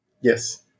Yes